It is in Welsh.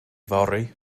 fory